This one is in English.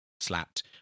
Slapped